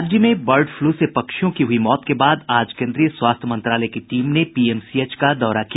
राज्य में bird flu से पक्षियों की हुई मौत के बाद आज केन्द्रीय स्वास्थ्य मंत्रालय की टीम ने पीएमसीएच का दौरा किया